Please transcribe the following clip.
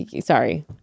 Sorry